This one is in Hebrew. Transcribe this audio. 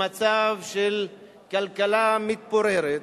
ממצב של כלכלה מתפוררת,